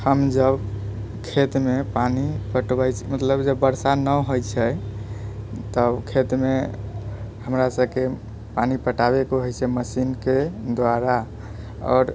हम जब खेतमे पानि पटबै छी मतलब जब बरसा न होइ छै तब खेतमे हमरा सबके पानि पटाबैके होइ छै मशीनके दुआरा आओर